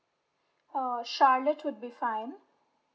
oh charlotte would be fine